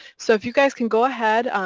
so if you guys can go ahead,